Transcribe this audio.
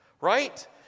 Right